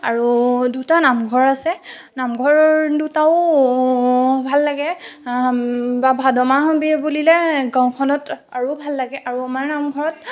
আৰু দুটা নামঘৰ আছে নামঘৰ দুটাও ভাল লাগে বা ভাদ মাহ বুলিলে গাঁওখনত আৰু ভাল লাগে আৰু আমাৰ নামঘৰত